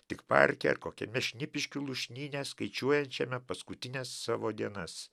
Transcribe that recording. tik parke ar kokiame šnipiškių lūšnyne skaičiuojančiame paskutines savo dienas